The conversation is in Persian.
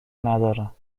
ندارم